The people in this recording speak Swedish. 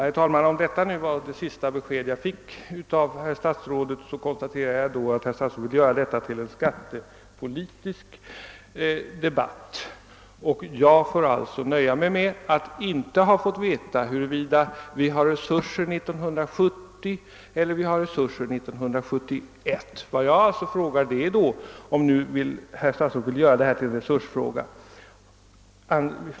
Herr talman! Om detta nu var statsrådets sista besked, konstaterar jag att han vill göra denna interpellationsdebatt till en skattepolitisk debatt. Jag får alltså nöja mig med att inte ha fått veta huruvida vi åren 1970 eller 1971 har resurser. Statsrådet vill således göra hela interpellationen till en resursfråga.